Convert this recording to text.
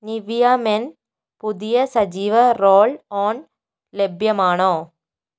Nivea men പുതിയ സജീവ roll on ലഭ്യമാണോ